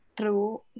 true